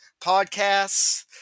podcasts